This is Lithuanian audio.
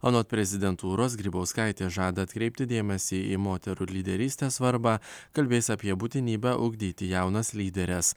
anot prezidentūros grybauskaitė žada atkreipti dėmesį į moterų lyderystės svarbą kalbės apie būtinybę ugdyti jaunas lyderes